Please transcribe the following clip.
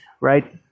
Right